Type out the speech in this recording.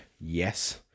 Yes